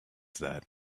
that